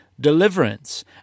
deliverance